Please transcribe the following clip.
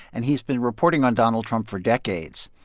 and he's been reporting on donald trump for decades.